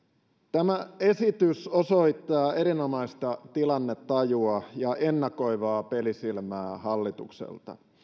tämä esitys osoittaa erinomaista tilannetajua ja ennakoivaa pelisilmää hallitukselta